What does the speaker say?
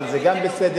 אבל זה גם בסדר,